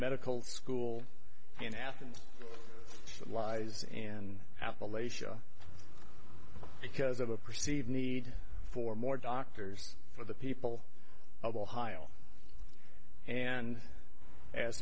medical school in athens lies and appalachian because of a perceived need for more doctors for the people of ohio and as